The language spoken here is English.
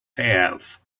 have